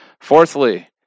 Fourthly